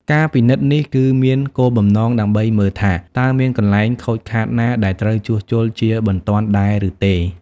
ការពិនិត្យនេះគឺមានគោលបំណងដើម្បីមើលថា តើមានកន្លែងខូចខាតណាដែលត្រូវជួសជុលជាបន្ទាន់ដែរឬអត់។